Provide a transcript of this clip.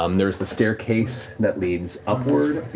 um there is the staircase that leads upward